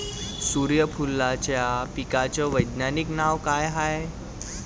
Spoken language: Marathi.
सुर्यफूलाच्या पिकाचं वैज्ञानिक नाव काय हाये?